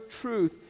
truth